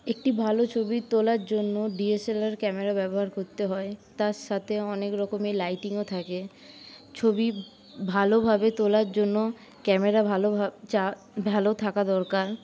একটি ভালো ছবি তোলার জন্য ডিএসএলআর ক্যামেরা ব্যবহার করতে হয় তার সাথে অনেক রকমের লাইটিংও থাকে ছবি ভালোভাবে তোলার জন্য ক্যামেরা ভালো থাকা দরকার